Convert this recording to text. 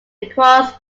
across